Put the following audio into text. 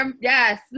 yes